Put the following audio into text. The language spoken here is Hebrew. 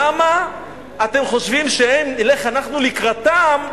למה אתם חושבים שאם נלך אנחנו לקראתם,